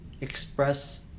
express